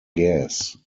gas